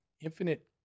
Infinite